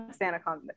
SantaCon